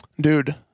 dude